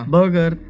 Burger